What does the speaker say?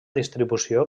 distribució